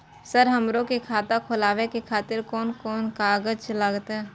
Sir हमरो के खाता खोलावे के खातिर कोन कोन कागज लागते?